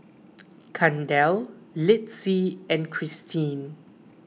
Kendal Litzy and Kristyn